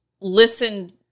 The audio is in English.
Listen